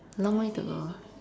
long way to go